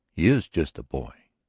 he is just a boy,